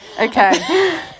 okay